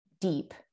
deep